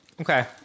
Okay